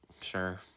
Sure